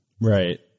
Right